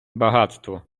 багатство